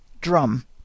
Drum